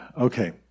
Okay